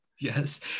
yes